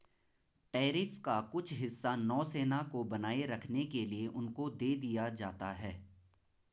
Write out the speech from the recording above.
tariff का कुछ हिस्सा नौसेना को बनाए रखने के लिए उनको दे दिया जाता है